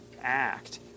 act